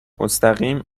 مستقیم